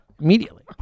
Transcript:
Immediately